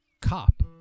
cop